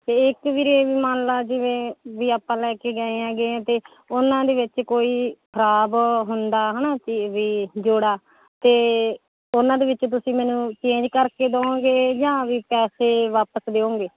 ਅਤੇ ਇਕ ਵੀਰੇ ਵੀ ਮੰਨ ਲਾ ਜਿਵੇਂ ਵੀ ਆਪਾਂ ਲੈ ਕੇ ਗਏ ਹੈਗੇ ਹਾਂ ਅਤੇ ਉਹਨਾਂ ਦੇ ਵਿੱਚ ਕੋਈ ਖਰਾਬ ਹੁੰਦਾ ਹੈ ਨਾ ਕੀ ਵੀ ਜੋੜਾ ਤਾਂ ਉਹਨਾਂ ਦੇ ਵਿੱਚ ਤੁਸੀਂ ਮੈਨੂੰ ਚੇਂਜ ਕਰਕੇ ਦਵੋਂਗੇ ਜਾਂ ਵੀ ਪੈਸੇ ਵਾਪਿਸ ਦਿਓਗੇ